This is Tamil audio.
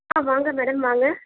ஆ வாங்க மேடம் வாங்க